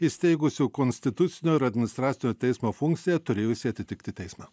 įsteigusių konstitucinio ir administracinio teismo funkciją turėjusį atitikti teismą